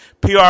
PR